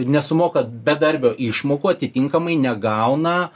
nesumoka bedarbio išmokų atitinkamai negauna